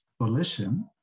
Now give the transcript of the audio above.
volition